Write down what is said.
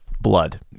blood